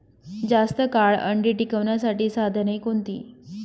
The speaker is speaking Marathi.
जास्त काळ अंडी टिकवण्यासाठी साधने कोणती?